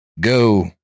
Go